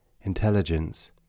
Intelligence